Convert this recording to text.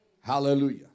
Hallelujah